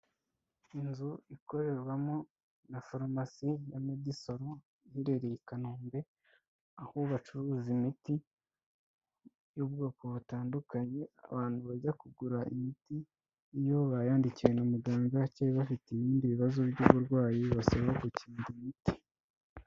Inzu ikorerwamo na farumasi na medisolo iherereye i kanombe, aho bacuruza imiti y'ubwoko butandukanye. Abantu bajya kugura imiti iyo bayandikiwe na muganga cyangwa bafite ibindi bibazo by'uburwayi bibasaba gukenera imiti.